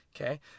okay